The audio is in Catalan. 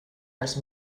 els